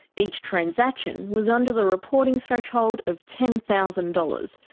each transaction was under the reporting threshold of ten thousand dollars.